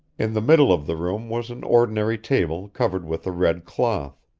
in the middle of the room was an ordinary table covered with a red cloth.